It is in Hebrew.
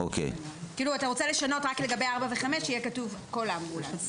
אתה רוצה לשנות רק לגבי 4 ו-5 שיהיה כתוב: "כל אמבולנס".